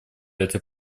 этой